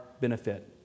benefit